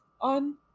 on